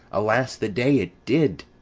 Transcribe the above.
alas the day, it did!